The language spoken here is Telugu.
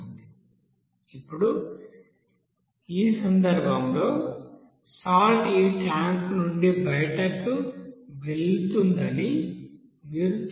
ఇప్పుడు ఈ సందర్భంలో సాల్ట్ ఈ ట్యాంక్ నుండి బయటకు వెళ్తుందని మీరు చూస్తారు